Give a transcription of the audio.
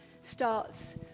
starts